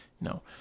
No